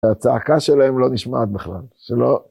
הצעקה שלהם לא נשמעת בכלל.